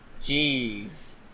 Jeez